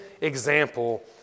example